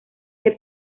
que